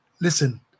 Listen